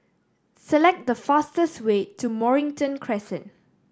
select the fastest way to Mornington Crescent